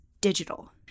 digital